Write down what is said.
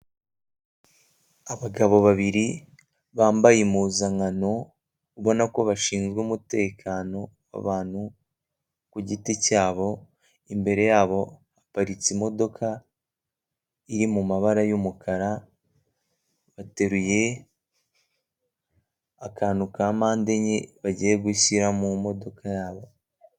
Abagabo babiri bambaye impuzangano ubona ko bashinzwe umutekano w'abantu ku giti cyabo, imbere yabo haparitse imodoka iri mu mabara y'umukara bateruye akantu kapande enye bagiye gushyira mu modoka yabo.